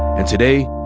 and today,